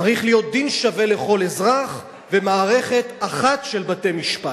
צריך להיות דין שווה לכל אזרח ומערכת אחת של בתי-משפט.